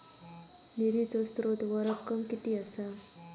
निधीचो स्त्रोत व रक्कम कीती असा?